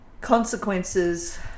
consequences